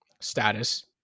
status